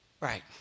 Right